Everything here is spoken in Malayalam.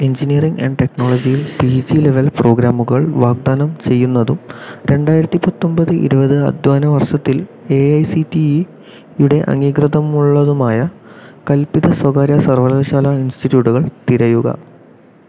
എഞ്ചിനീയറിംഗ് ആൻഡ് ടെക്നോളജിയിൽ പി ജി ലെവൽ പ്രോഗ്രാമുകൾ വാഗ്ദാനം ചെയ്യുന്നതും രണ്ടായിരത്തി പത്തൊമ്പത് രണ്ടായിരത്തി ഇരുപത് അധ്യയന വർഷത്തിൽ എ ഐ സി ടി ഇയുടെ അംഗീകാരമുള്ളതുമായ കൽപ്പിത സ്വകാര്യ സർവകലാശാല ഇൻസ്റ്റിറ്റ്യൂട്ടുകൾ തിരയുക